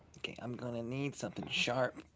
okay, i'm gonna need somethin' sharp.